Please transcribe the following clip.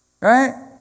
right